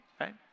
right